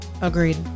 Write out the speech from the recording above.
Agreed